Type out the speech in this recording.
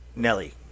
Nelly